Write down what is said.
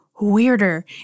Weirder